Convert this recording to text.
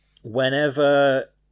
Whenever